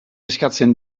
eskatzen